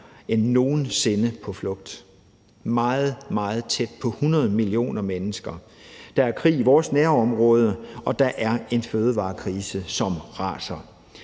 end nogen sinde – meget, meget tæt på 100 millioner mennesker – på flugt. Der er krig i vores nærområde, og der er en fødevarekrise, som raser.